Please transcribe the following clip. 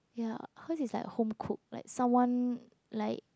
ya hers is like home cooked like someone like